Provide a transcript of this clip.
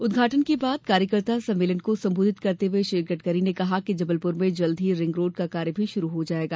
उदघाटन के बाद कार्यकर्ता सम्मेलन को संबोधित करते हुए श्री गडकरी ने कहा कि जबलपुर में जल्द ही रिंगरोड का कार्य भी शुरू हो जायेगा